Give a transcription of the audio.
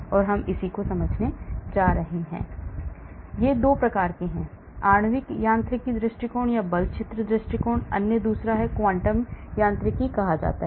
तो 2 प्रकार आणविक यांत्रिकी दृष्टिकोण या बल क्षेत्र दृष्टिकोण अन्य एक को क्वांटम यांत्रिकी कहा जाता है